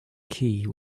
key